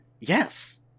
Yes